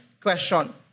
question